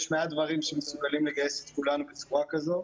יש מעט דברים שמסוגלים לגייס את כולם בצורה כזו,